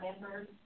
members